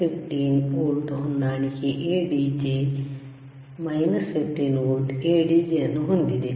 15 volt ಹೊಂದಾಣಿಕೆ 15 volt ADJ ಅನ್ನು ಹೊಂದಿದೆ